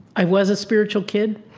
i was a spiritual kid.